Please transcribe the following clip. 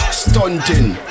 stunting